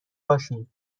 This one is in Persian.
باشیم